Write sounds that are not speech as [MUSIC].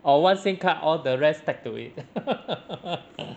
or one SIM card all the rest tagged to it [LAUGHS]